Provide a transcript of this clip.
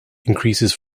increases